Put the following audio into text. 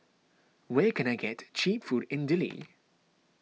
where can I get Cheap Food in Dili